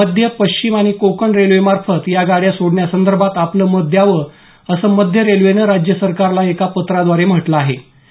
मध्य पश्चिम आणि कोकण रेल्वेमार्फत या गाड्या सोडण्यासंदर्भात आपलं मत द्यावं असं मध्य रेल्वेनं राज्य सरकारला एका पत्राद्वारे म्हटलं होतं